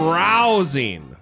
rousing